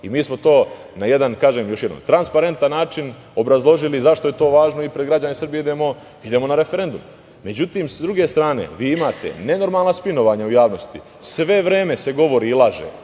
i mi smo to, da kažem još jednom, na transparentan način obrazložili zašto je to važno i pred građane Srbije idemo na referendum.Međutim, sa druge strane, vi imate nenormalna spinovanja u javnosti, sve vreme se govori i laže,